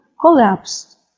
collapsed